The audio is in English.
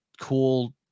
cool